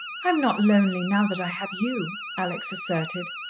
i am not lonely now that i have you, alex asserted,